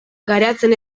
garatzen